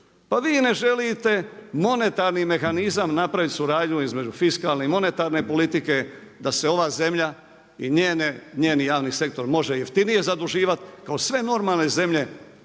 Pa vi ne želite monetarni mehanizam napraviti suradnju između fiskalne i monetarne politike da se ova zemlja i njeni javni sektor može jeftinije zaduživat kao sve normalne zemlje